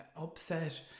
upset